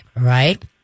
right